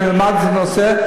אני אלמד את הנושא.